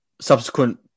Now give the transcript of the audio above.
subsequent